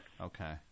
Okay